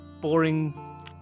Boring